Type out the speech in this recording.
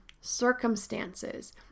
circumstances